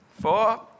four